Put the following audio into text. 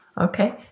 Okay